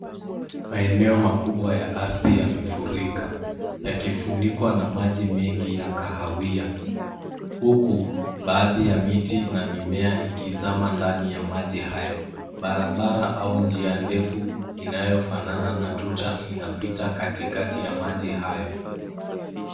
Maeneo makubwa ya ardhi yamefurika, yakifunikwa na maji mengi ya kahawia. Huku, baadhi ya miti na mimea ikizama ndani ya maji hayo, barabara au njia ndefu inayofanana na tuta inapita katikati ya maji hayo.